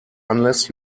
unless